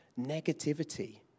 negativity